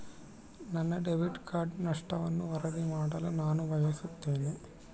ನನ್ನ debit card ನಷ್ಟವನ್ನು ವರದಿ ಮಾಡಲು ನಾನು ಬಯಸುತ್ತೇನೆ